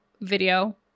video